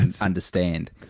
understand